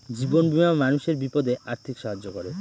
জীবন বীমা মানুষের বিপদে আর্থিক সাহায্য করে